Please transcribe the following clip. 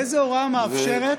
איזה הוראה מאפשרת?